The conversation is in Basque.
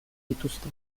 dituzte